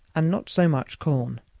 and not so much corn,